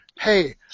Hey